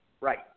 Right